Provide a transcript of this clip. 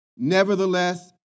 Nevertheless